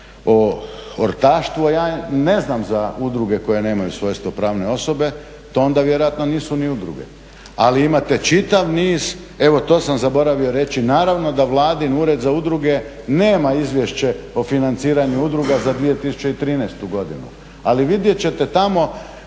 o ortaštvu, a ja ne znam za udruge koje nemaju svojstvo pravne osobe, to onda vjerojatno nisu ni udruge. Ali imate čitav niz, evo to sam zaboravio reći, naravno da vladin ured za udruge nema izvješće o financiranju udruga za 2013.godinu, ali vidjet ćete tamo